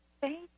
Thank